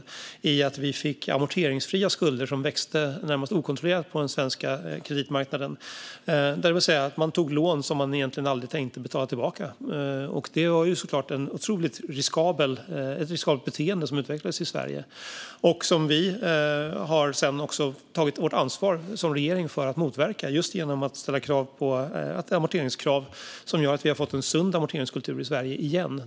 Vi fick på den svenska kreditmarknaden amorteringsfria skulder som växte närmast okontrollerat. Man tog lån som man egentligen aldrig tänkte betala tillbaka. Det var såklart ett otroligt riskabelt beteende som utvecklades i Sverige. Vi har som regering tagit vårt ansvar för att motverka det. Det har vi gjort genom att ställa krav på amortering, vilket har gjort att vi har fått en sund amorteringskultur i Sverige igen.